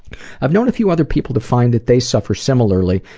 i've known a few other people to find that they suffer similarly,